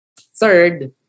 Third